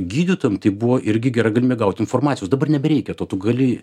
gydytojam tai buvo irgi gera galimybė gauti informacijos dabar nebereikia to tu gali